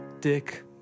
dick